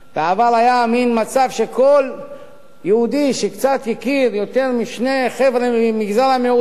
בעבר היה מין מצב שכל יהודי שקצת הכיר יותר משני חבר'ה ממגזר המיעוטים,